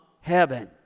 heaven